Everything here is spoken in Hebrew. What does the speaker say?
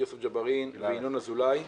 יוסף ג'בארין וינון אזולאי.